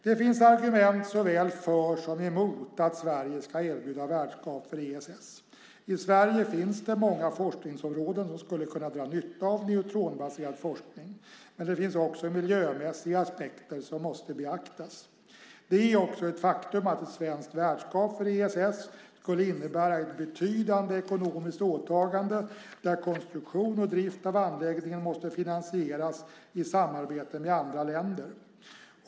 Det finns argument såväl för som emot att Sverige ska erbjuda värdskap för ESS. I Sverige finns det många forskningsområden som skulle kunna dra nytta av neutronbaserad forskning. Men det finns också miljömässiga aspekter som måste beaktas. Det är också ett faktum att ett svenskt värdskap för ESS skulle innebära ett betydande ekonomiskt åtagande där konstruktion och drift av anläggningen måste finansieras i samarbete med andra länder.